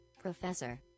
Professor